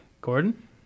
Gordon